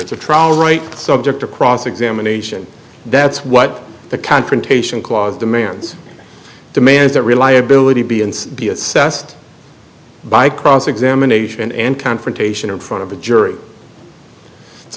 to trial right subject to cross examination that's what the confrontation clause demands demands that reliability be and be assessed by cross examination and confrontation in front of a jury it's